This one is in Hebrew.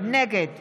נגד